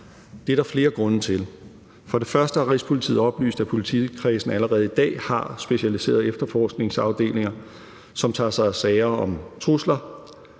Det er der flere grunde til. For det første har Rigspolitiet oplyst, at politikredsene allerede i dag har specialiserede efterforskningsafdelinger, som tager sig af sager om trusler,